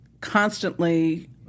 constantly